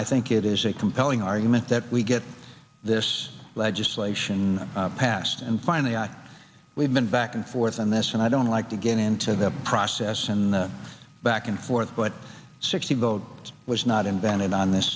i think it is a compelling argument that we get this legislation passed and finally we've been back and forth on this and i don't like to get into the process and back and forth but sixty votes was not invented on this